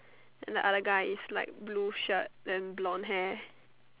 then the other guy is like blue shirt then bronze hair